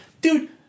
Dude